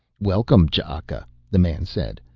welcome, ch'aka, the man said.